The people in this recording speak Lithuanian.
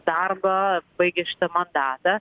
darbą baigė šitą mandatą